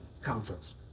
Conference